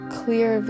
clear